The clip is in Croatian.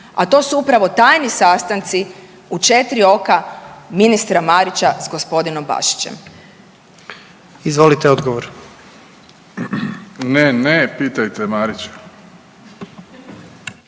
a to su upravo tajni sastanci u četiri oka ministra Marića sa gospodinom Bašićem. **Jandroković, Gordan